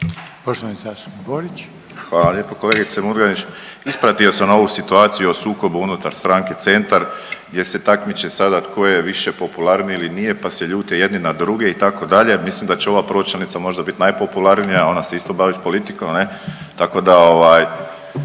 **Borić, Josip (HDZ)** Hvala lijepo. Kolegice Murganić ispratio sam ovu situaciju o sukobu unutar stranke Centar gdje se takmiče sada tko je više popularniji ili nije pa se ljute jedni na druge itd., mislim da će ova pročelnica možda bit najpopularnija ona se isto bavi politikom ne, tako da ovaj